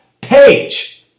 Page